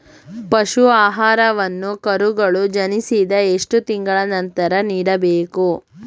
ಪಶು ಆಹಾರವನ್ನು ಕರುಗಳು ಜನಿಸಿದ ಎಷ್ಟು ತಿಂಗಳ ನಂತರ ನೀಡಬೇಕು?